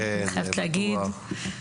אני חייבת להגיד.